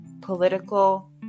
political